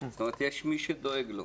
זאת אומרת יש מי שדואג לו.